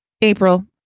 April